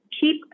keep